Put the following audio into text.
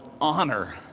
honor